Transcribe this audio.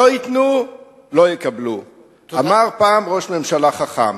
לא ייתנו, לא יקבלו, אמר פעם ראש ממשלה חכם.